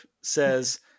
says